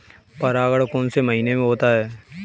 परागण कौन से महीने में होता है?